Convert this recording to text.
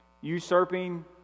Usurping